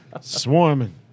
Swarming